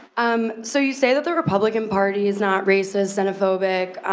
um so you say that the republican party is not racist, xenophobic,